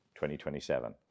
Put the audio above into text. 2027